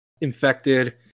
infected